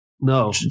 No